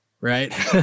right